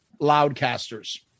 loudcasters